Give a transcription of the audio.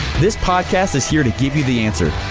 this podcast is here to give you the answer.